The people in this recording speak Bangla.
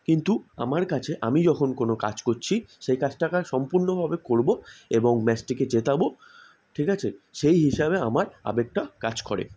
কিন্তু আমার কাছে আমি যখন কোনো কাজ করছি সেই কাজটা কা সম্পূর্ণভাবে করবো এবং ম্যাচটিকে জেতাবো ঠিক আছে সেই হিসাবে আমার আবেগটা কাজ করে